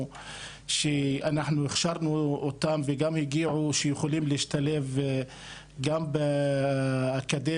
שאנחנו הכשרנו אותם וגם הגיעו שיכולים להשתלב גם באקדמיה